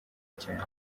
cyane